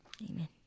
Amen